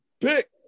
pick